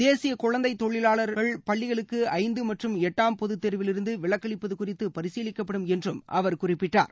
தேசிய குழந்தைத் தொழிலாளர் பள்ளிகளுக்கு ஐந்து மற்றும் எட்டாம் பொதுத் தேர்விலிருந்து விலக்களிப்பது குறித்து பரிசீலிக்கப்படும் என்றும் அவர் குறிப்பிட்டார்